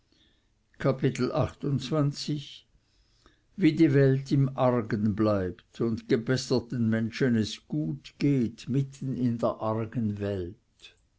kapitel wie die welt im argen bleibt und gebesserten menschen es gut geht mitten in der argen welt